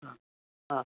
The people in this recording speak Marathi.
हां हां